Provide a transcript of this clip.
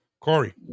Corey